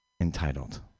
Entitled